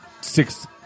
six